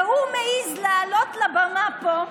והוא מעז לעלות לבמה פה,